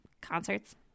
concerts